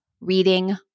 reading